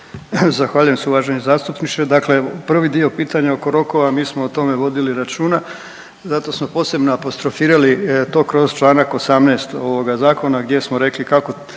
Zahvaljujem se uvaženi zastupniče. Dakle prvi dio pitanja oko rokova, mi smo o tome vodili računa, zato smo posebno apostrofirali to kroz čl. 18 ovoga Zakona gdje smo rekli kako,